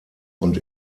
und